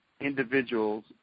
individuals